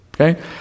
okay